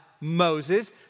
Moses